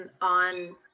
on